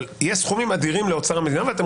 אבל יהיו סכומים אדירים לאוצר המדינה ואתם